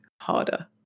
harder